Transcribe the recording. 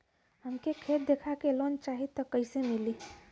हमके खेत देखा के लोन चाहीत कईसे मिली?